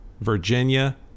virginia